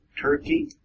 Turkey